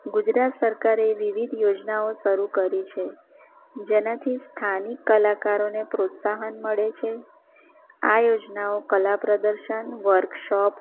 ગુજરાત સરકારે વિવિધ યોજનાઓ શરૂ કરી છે જેનાથી સ્થાનિક કલાકારોને પ્રોત્સાહન મળે છે આ યોજનાઓ કલાપ્રદર્શન વર્કશોપ